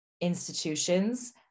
institutions